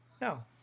No